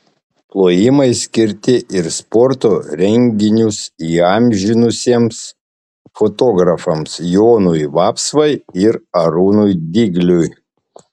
plojimai skirti ir sporto renginius įamžinusiems fotografams jonui vapsvai ir arūnui dygliui